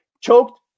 Choked